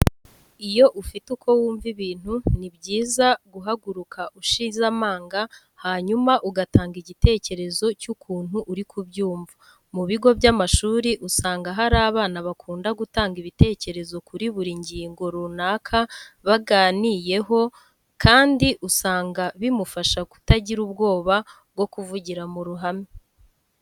Iyo ufite uko wumva ibintu, ni byiza guhaguruka ushize amanga hanyuma ugatanga igitekerezo cy'ukuntu uri kubyumva. Mu bigo by'amashuri usanga hari abana bakunda gutanga ibitekerezo kuri buri ngingo runaka baganiyeho kandi usanga bimufasha kutagira ubwoba bwo kuvugira mu ruhame.